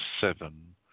seven